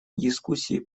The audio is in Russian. дискуссии